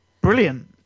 Brilliant